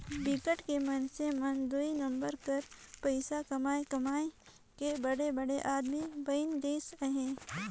बिकट के मइनसे मन दुई नंबर कर पइसा कमाए कमाए के बड़े बड़े आदमी बइन गइन अहें